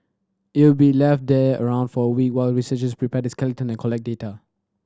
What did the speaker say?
it'll be left there around for a week while researchers prepare the skeleton and collect data